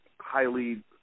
highly